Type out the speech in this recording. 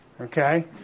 okay